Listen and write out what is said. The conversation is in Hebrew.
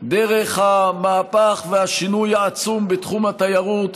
דרך המהפך והשינוי העצום בתחום התיירות,